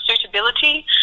suitability